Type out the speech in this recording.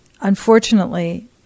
Unfortunately